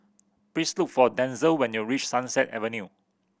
please look for Denzell when you reach Sunset Avenue